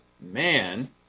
man